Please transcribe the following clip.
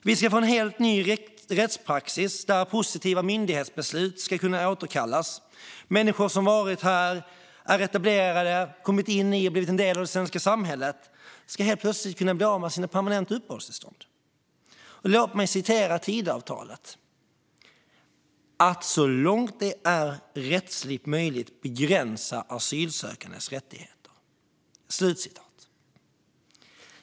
Vi ska få en helt ny rättspraxis där positiva myndighetsbeslut ska kunna återkallas. Människor som varit här, som är etablerade och som har kommit in i och blivit en del av det svenska samhället ska helt plötslig kunna bli av med sina permanenta uppehållstillstånd. Låt mig citera Tidöavtalet: "att så långt det är rättsligt möjligt begränsa asylsökandes rättigheter."